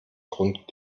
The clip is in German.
grund